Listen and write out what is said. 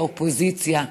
האופוזיציה.